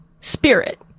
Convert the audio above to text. spirit